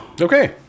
Okay